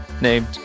named